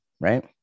right